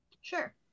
Sure